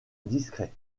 discret